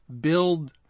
build